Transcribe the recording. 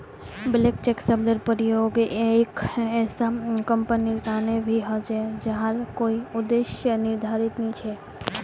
blank cheque शब्देर प्रयोग एक ऐसा कंपनीर तने भी ह छे जहार कोई उद्देश्य निर्धारित नी छ